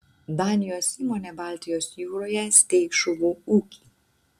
danijos įmonė baltijos jūroje steigs žuvų ūkį